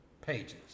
pages